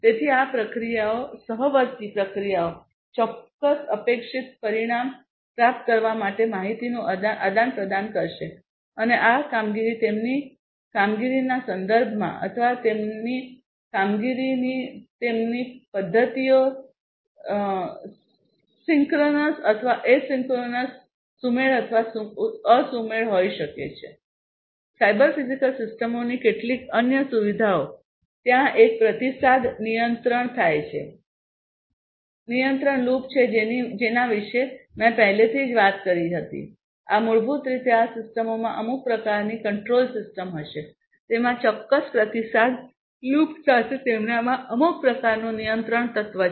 તેથી આ પ્રક્રિયાઓ સહવર્તી પ્રક્રિયાઓ ચોક્કસ અપેક્ષિત પરિણામ પ્રાપ્ત કરવા માટે માહિતીનું આદાન પ્રદાન કરશે અને આ કામગીરી તેમની કામગીરીના સંદર્ભમાં અથવા તેમની કામગીરીની તેમની પદ્ધતિઓ સિંક્રનસ અથવા અસિંક્રનસ સુમેળ અથવા અસુમેળ હોઈ શકે છે સાયબર ફિઝિકલ સિસ્ટમોની કેટલીક અન્ય સુવિધાઓ ત્યાં એક પ્રતિસાદ નિયંત્રણ લૂપ છે જેની વિશે મેં પહેલેથી જ વાત કરી હતી અને આ મૂળભૂત રીતે આ સિસ્ટમોમાં અમુક પ્રકારની કંટ્રોલ સિસ્ટમ હશે તેમાં ચોક્કસ પ્રતિસાદ લૂપ સાથે તેમનામાં અમુક પ્રકારનું નિયંત્રણ તત્વ છે